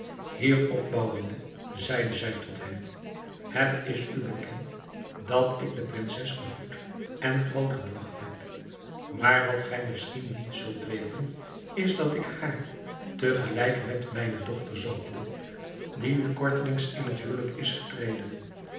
hierop bouwende zeide zij tot hem het is u bekend dat ik de prinses gevoed en groot gebragt heb maar wat gij misschien niet zult weten is dat ik haar te gelijk met mijne dochter zoogde die nu kortelings in het huwelijk is getreden